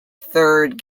third